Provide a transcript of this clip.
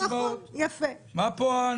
היא מאפשרת